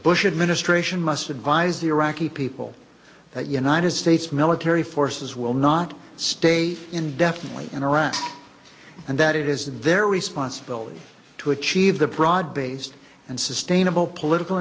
bush administration must advise the iraqi people that united states military forces will not stay indefinitely in iraq and that it is their responsibility to achieve the broad based and sustainable political